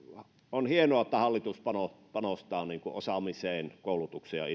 on hienoa että hallitus panostaa panostaa osaamiseen koulutukseen